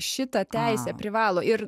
šitą teisę privalo ir